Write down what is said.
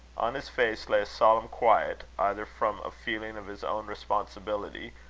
on his face lay a solemn quiet, either from a feeling of his own responsibility,